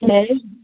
जएश